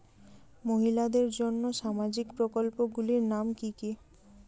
মহিলাদের জন্য সামাজিক প্রকল্প গুলির নাম কি কি?